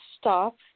stop